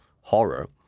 horror